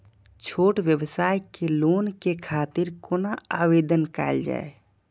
छोट व्यवसाय के लोन के खातिर कोना आवेदन कायल जाय?